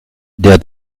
der